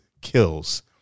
kills